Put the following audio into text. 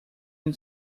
him